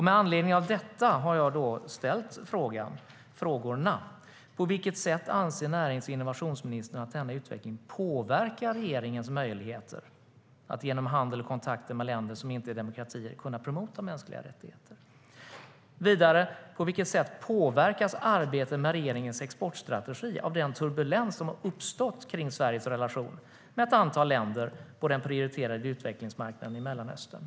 Med anledning av detta har jag ställt frågorna: På vilket sätt anser närings och innovationsministern att denna utveckling påverkar regeringens möjligheter att genom handel och kontakter med länder som inte är demokratier promota mänskliga rättigheter? På vilket sätt påverkas arbetet med regeringens exportstrategi av den turbulens som uppstått kring Sveriges relation med ett antal länder på den prioriterade utvecklingsmarknaden i Mellanöstern?